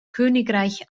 königreich